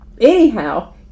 Anyhow